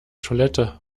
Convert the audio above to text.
toilette